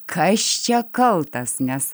kas čia kaltas nes